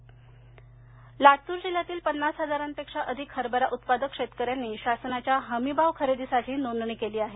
हरभरा खरेदी लातूर जिल्ह्य़ातील पन्नास हजारांपेक्षा अधिक हरभरा उत्पादक शेतकऱ्यांनी शासनाच्या हमीभाव खरेदीसाठी नोंदणी केली आहे